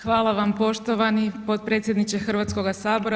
Hvala vam poštovani podpredsjedniče Hrvatskoga sabora.